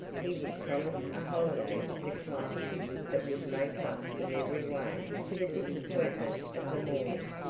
he would promise a holiday to the class that would make up in every way for the disappointment of the morning.